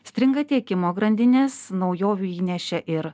stringa tiekimo grandinės naujovių įnešė ir